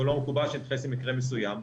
גם לא מקובל שאני אתייחס למקרה מסוים,